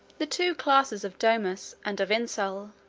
the two classes of domus and of insuloe,